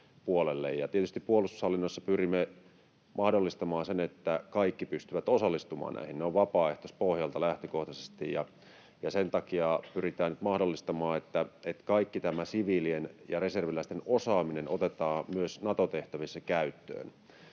puolustushallinnossa pyrimme mahdollistamaan sen, että kaikki pystyvät osallistumaan näihin. Ne ovat vapaaehtoispohjalta lähtökohtaisesti, ja sen takia pyritään nyt mahdollistamaan, että kaikki tämä siviilien ja reserviläisten osaaminen otetaan myös Nato-tehtävissä käyttöön.